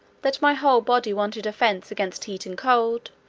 that my whole body wanted a fence against heat and cold,